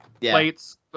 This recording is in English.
Plates